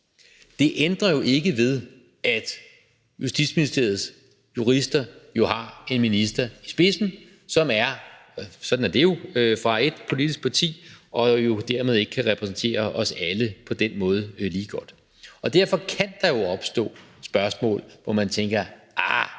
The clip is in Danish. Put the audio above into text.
Det ændrer jo ikke ved, at Justitsministeriets jurister har en minister i spidsen, som er – og sådan er det jo – fra et politisk parti, og som på den måde derved ikke kan repræsentere os alle lige godt. Derfor kan der jo opstå spørgsmål, hvor man tænker: Arh,